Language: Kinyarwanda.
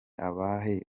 abahe